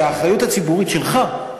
שהאחריות הציבורית שלך,